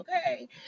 okay